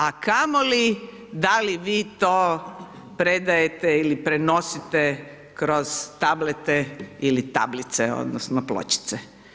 A kamoli da li vi to predajete ili prenosite kroz tablete ili tablice odnosno pločice.